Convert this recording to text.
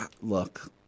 Look